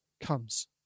comes